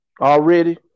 already